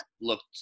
looked